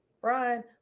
brian